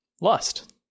lust